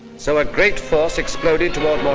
so a great force exploded toward